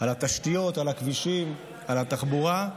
על התשתיות, על הכבישים, על התחבורה.